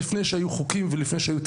עוד לפני שהיו חוקים ותקציבים,